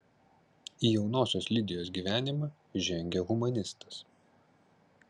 į jaunosios lidijos gyvenimą žengia humanistas